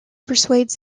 persuades